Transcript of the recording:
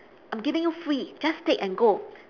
I'm giving you free just take and go